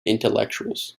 intellectuals